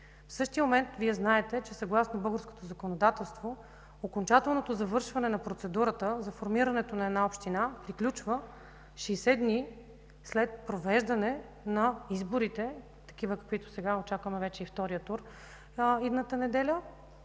В същия момент Вие знаете, че съгласно българското законодателство окончателното завършване на процедурата за формирането на една община приключва 60 дни след провеждане на изборите – такива, каквито сега очакваме на втори тур идната неделя,